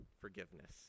forgiveness